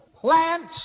plants